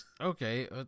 Okay